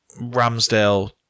Ramsdale